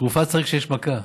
תרופה צריך כשיש מכה,